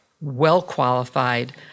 well-qualified